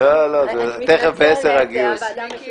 ב-10:00 הגיוס.